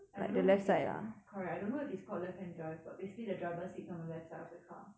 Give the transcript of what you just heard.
I don't know if it's correct I don't know if it's called left-hand drive but basically the driver sits on the left side of the car